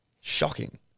Shocking